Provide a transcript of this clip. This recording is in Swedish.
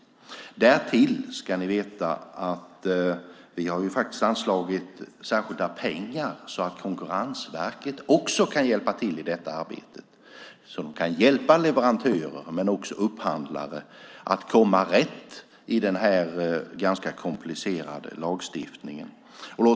Vi har anslagit särskilda pengar för att Konkurrensverket ska hjälpa leverantörer och upphandlare att komma rätt i denna ganska komplicerade lagstiftning.